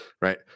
right